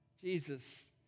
Jesus